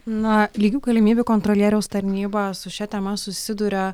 na lygių galimybių kontrolieriaus tarnyba su šia tema susiduria